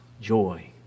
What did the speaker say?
joy